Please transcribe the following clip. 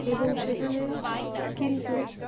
এবং সেখানে কিন্তু